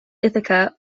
ithaca